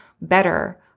better